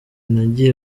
nagiye